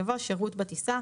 יבוא: "שירות בטיסה"